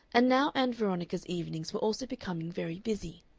and now ann veronica's evenings were also becoming very busy.